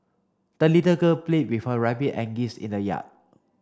the little girl played with her rabbit and geese in the yard